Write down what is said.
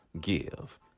give